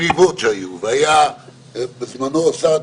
הנושא מצומצם,